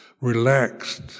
relaxed